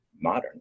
modern